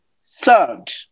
served